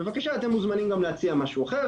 בבקשה אתם מוזמנים גם להציע משהו אחר,